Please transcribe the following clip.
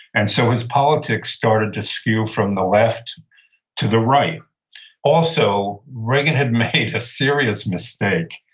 and so, his politics started to skew from the left to the right also, reagan had made a serious mistake.